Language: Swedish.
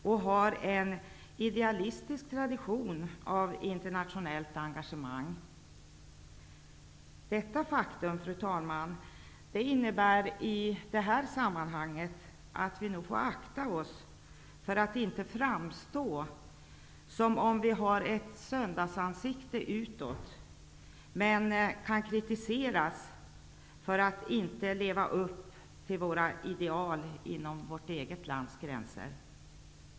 Vi har en tradition av internationellt engagemang. Detta faktum, fru talman, innebär i det här sammanhanget att vi nog får akta oss för att inte framstå som om vi har ett söndagsansikte utåt, samtidigt som vi kan kritiseras för att inte leva upp till våra ideal inom vårt eget lands gränser.